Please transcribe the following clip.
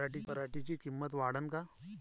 पराटीची किंमत वाढन का?